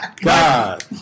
God